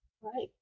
right